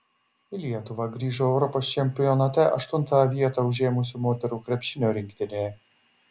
į lietuvą grįžo europos čempionate aštuntąją vietą užėmusi moterų krepšinio rinktinė